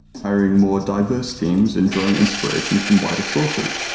hiring more diverse teams and drawing inspiration from wider sources,